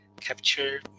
capture